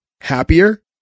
happier